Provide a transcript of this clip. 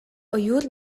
ойуур